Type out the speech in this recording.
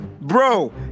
bro